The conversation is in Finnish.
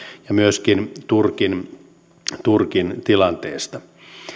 ja myöskin turkin turkin tilanteesta